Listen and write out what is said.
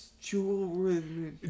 Jewelry